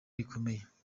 rikomeye